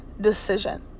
decision